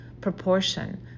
proportion